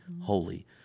holy